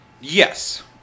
Yes